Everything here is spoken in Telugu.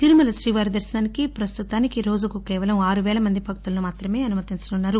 తిరుమల శ్రీవారి దర్భనానికి ప్రస్తుతానికి రోజుకు కేవలం ఆరు పేల మంది భక్తులను మాత్రమే అనుమతించనున్నారు